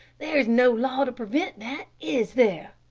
there is no law to prevent that, is there?